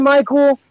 Michael